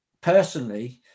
personally